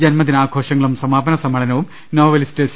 ജന്മദിനാഘോഷങ്ങളും സമാപന സമ്മേളനവും novelist C